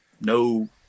No